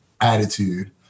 attitude